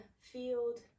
field